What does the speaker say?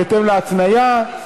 בהתאם להתניה,